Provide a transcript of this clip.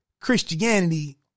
Christianity